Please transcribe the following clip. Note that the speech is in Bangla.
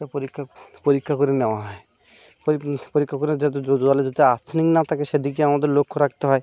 এ পরীক্ষা পরীক্ষা করে নেওয়া হয় পরীক্ষা করে যাতে জলে যাতে আর্সেনিক না থাকে সে দিকে আমাদের লক্ষ্য রাখতে হয়